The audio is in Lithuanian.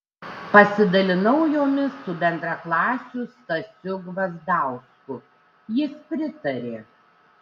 pasidalinau jomis su bendraklasiu stasiu gvazdausku jis pritarė